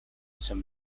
some